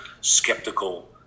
skeptical